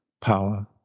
power